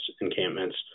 encampments